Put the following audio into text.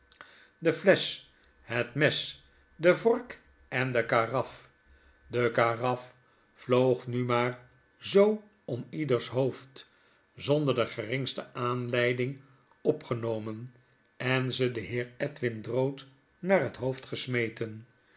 de flesch het mes de vork en de karaf de karaf vloog nu maar zoo om ieders hoofd zonder de geringste aanleiding opgenomen en ze den heer edwin drood naar het hoofd gesmeten